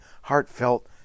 heartfelt